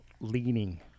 leaning